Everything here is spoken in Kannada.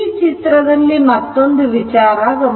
ಈ ಚಿತ್ರದಲ್ಲಿ ಮತ್ತೊಂದು ವಿಚಾರ ಗಮನಿಸಬೇಕು